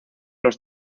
los